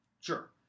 Sure